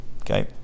Okay